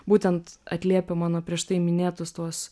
būtent atliepia mano prieš tai minėtus tuos